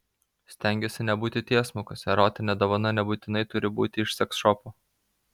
stengiuosi nebūti tiesmukas erotinė dovana nebūtinai turi būti iš seksšopo